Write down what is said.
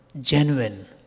genuine